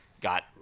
got